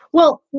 well,